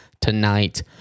tonight